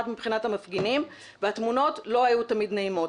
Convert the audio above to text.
מבחינת המפגינים והתמונות לא היו תמיד נעימות,